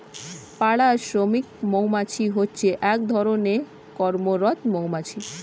পাড়া শ্রমিক মৌমাছি হচ্ছে এক ধরণের কর্মরত মৌমাছি